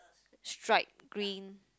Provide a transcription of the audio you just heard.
stripe green